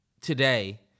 today